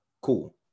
Cool